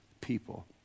people